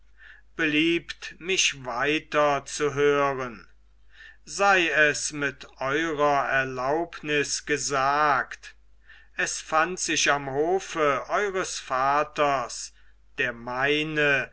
beliebt mich weiter zu hören sei es mit eurer erlaubnis gesagt es fand sich am hofe eures vaters der meine